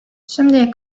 şimdiye